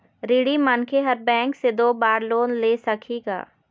ऋणी मनखे हर बैंक से दो बार लोन ले सकही का?